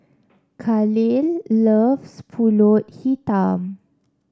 Kahlil loves pulut Hitam